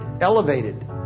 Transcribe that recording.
elevated